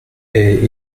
est